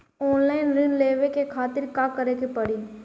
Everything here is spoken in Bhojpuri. ऑनलाइन ऋण लेवे के खातिर का करे के पड़ी?